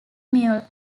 mule